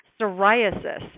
psoriasis